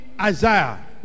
Isaiah